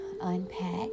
unpack